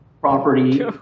property